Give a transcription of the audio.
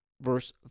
verse